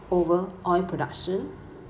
over oil production